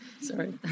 Sorry